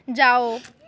जाओ